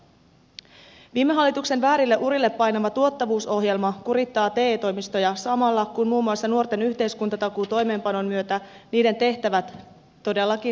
viime hallituksen väärille urille painama tuottavuusohjelma kurittaa te toimistoja samalla kun muun muassa nuorten yhteiskuntatakuun toimeenpanon myötä niiden tehtävät todellakin lisääntyvät